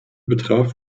betraf